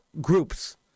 groups